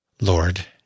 Lord